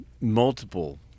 Multiple